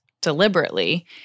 deliberately